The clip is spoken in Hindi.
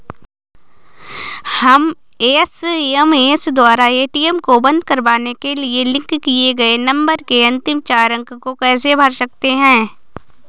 हम एस.एम.एस द्वारा ए.टी.एम को बंद करवाने के लिए लिंक किए गए नंबर के अंतिम चार अंक को कैसे भर सकते हैं?